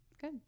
Good